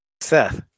Seth